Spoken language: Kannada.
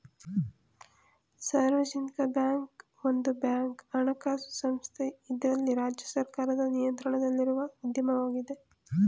ಸಾರ್ವಜನಿಕ ಬ್ಯಾಂಕ್ ಒಂದು ಬ್ಯಾಂಕ್ ಹಣಕಾಸು ಸಂಸ್ಥೆ ಇದ್ರಲ್ಲಿ ರಾಜ್ಯ ಸರ್ಕಾರದ ನಿಯಂತ್ರಣದಲ್ಲಿರುವ ಉದ್ಯಮವಾಗಿದೆ